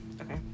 okay